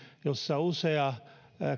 jossa useat